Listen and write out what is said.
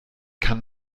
kann